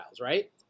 right